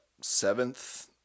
seventh